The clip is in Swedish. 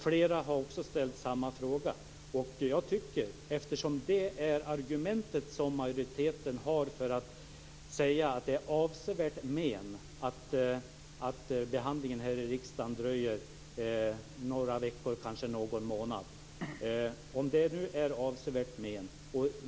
Flera andra har ställt samma fråga. Det är majoritetens argument, att det är till avsevärt men om behandlingen här i riksdagen dröjer några veckor eller kanske någon månad.